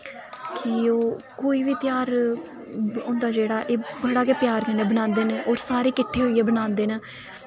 कि ओ कोई बी तेहार होंदा जेह्ड़ा एह् बड़ा गै प्यार कन्नै मनांदे न और सारे किट्ठे होइयै मनांदे न